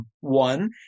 one